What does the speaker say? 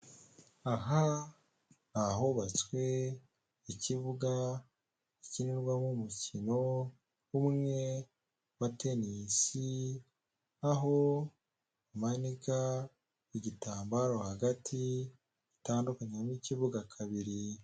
Aha ni ahubatswe ikibuga gikinirwamo umukino umwe wa tennis aho umanika ku igitambaro hagati gitandukanyamo ikibuga kabiri.